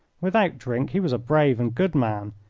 without drink he was a brave and good man.